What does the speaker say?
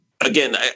again